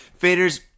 Faders